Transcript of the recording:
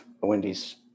Wendy's